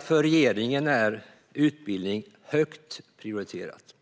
För regeringen är utbildning högt prioriterat.